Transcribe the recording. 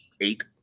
eight